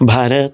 Bharat